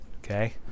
Okay